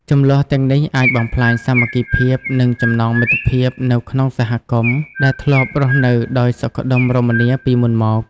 ជម្លោះទាំងនេះអាចបំផ្លាញសាមគ្គីភាព និងចំណងមិត្តភាពនៅក្នុងសហគមន៍ ដែលធ្លាប់រស់នៅដោយសុខដុមរមនាពីមុនមក។